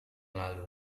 lalu